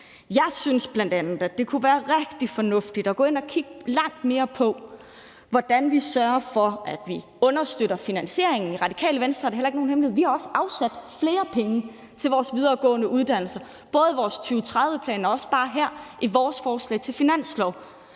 Jeg synes bl.a., at det kunne være rigtig fornuftigt at gå ind og kigge mere på, hvordan vi sørger for, at vi understøtter finansieringen. I Radikale Venstre er det heller ikke nogen hemmelighed at vi også har afsat flere penge til de videregående uddannelser, både i vores 2030-plan og også bare her i vores forslag til finanslov.